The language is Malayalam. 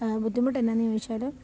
ബുദ്ധിമുട്ട് എന്താണെന്ന് ചോദിച്ചാൽ